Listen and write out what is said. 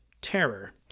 terror